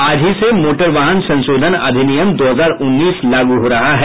आज ही से मोटर वाहन संशोधन अधिनियम दो हजार उन्नीस लागू हो रहा है